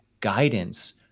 guidance